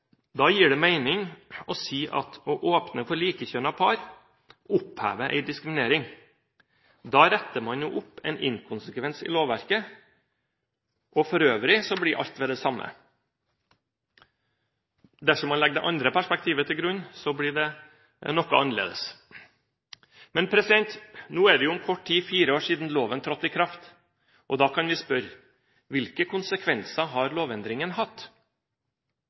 da gir det mening å si at å åpne for likekjønnede par, opphever en diskriminering. Da retter man opp en inkonsekvens i lovverket, og for øvrig blir alt ved det samme. Dersom man legger det andre perspektivet til grunn, blir det noe annerledes. Om kort tid er det fire år siden loven trådte i kraft. Da kan vi spørre: Hvilke konsekvenser har lovendringen hatt?